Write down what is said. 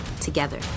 together